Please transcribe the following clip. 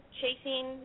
chasing